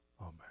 amen